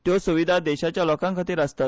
त्यो सुविदा देशाच्या लोकांखातीर आसतात